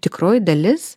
tikroji dalis